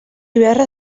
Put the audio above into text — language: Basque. beharra